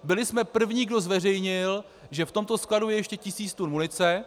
Byli jsme první, kdo zveřejnil, že v tomto skladu je ještě tisíc tun munice.